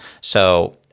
So-